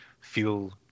feel